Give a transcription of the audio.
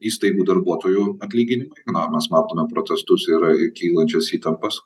įstaigų darbuotojų atlyginimai na mes matome protestus ir kylančias įtampas